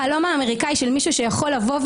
החלום האמריקני של מי שיכול לבוא,